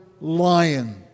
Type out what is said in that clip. lion